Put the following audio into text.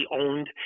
owned